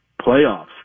playoffs